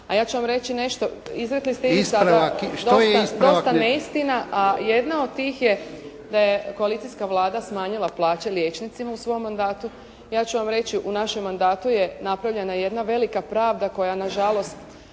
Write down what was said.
je ispravak? **Borzan, Biljana (SDP)** … dosta neistina, jedna od tih je da je koalicijska Vlada smanjila plaće liječnicima u svom mandatu. Ja ću vam reći u našem mandatu je napravljena jedna velika pravda koja na žalost